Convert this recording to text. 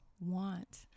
want